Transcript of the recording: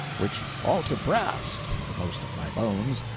which all-to brast the most of my bones,